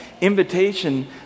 invitation